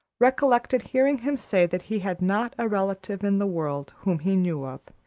recollected hearing him say that he had not a relative in the world whom he knew of,